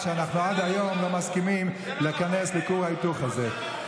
ואנחנו עד היום לא מסכימים להיכנס לכור ההיתוך הזה.